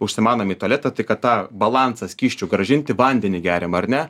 užsimanom į tualetą tai kad tą balansą skysčių grąžinti vandenį geriam ar ne